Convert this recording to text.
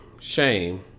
Shame